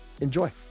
enjoy